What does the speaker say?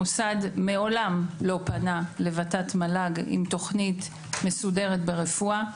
המוסד מעולם לא פנה לוות"ת-מל"ג עם תוכנית מסודרת ברפואה.